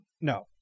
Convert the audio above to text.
No